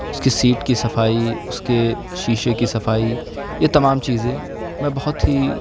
اس کی سیٹ کی صفائی اس کے شیشے کی صفائی یہ تمام چیزیں میں بہت ہی